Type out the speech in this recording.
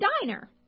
diner